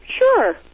sure